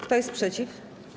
Kto jest przeciw?